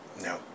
No